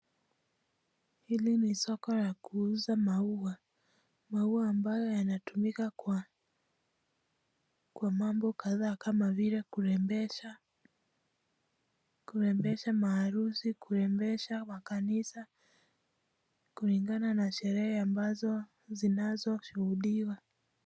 Hili ni soko la kuuza maua. Maua ambayo yanatumika kwa mambo kadhaa kama vile kurembesha, kurembesha maharusi, kurembesha makanisa kulingana na sherehe ambazo zinazoshushudiwa.